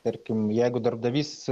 tarkim jeigu darbdavys